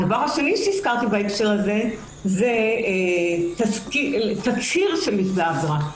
הדבר השני שהזכרתי בהקשר הזה הוא תצהיר של נפגע עבירה.